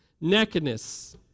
Nakedness